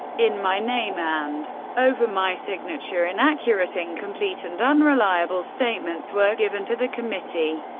in my name and over my signature, inaccurate, incomplete and unreliable statements were given to the committee,